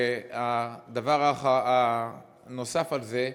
הדבר הנוסף על זה,